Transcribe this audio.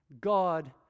God